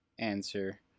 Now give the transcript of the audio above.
Answer